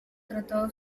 tratado